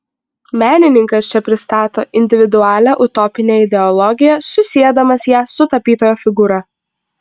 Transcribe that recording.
menininkas čia pristato individualią utopinę ideologiją susiedamas ją su tapytojo figūra